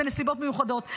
בנסיבות מיוחדות,